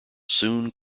soon